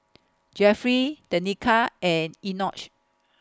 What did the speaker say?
Jeffery Tenika and Enoch